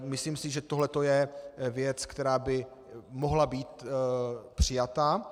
Myslím si, že tohle to je věc, která by mohla být přijata.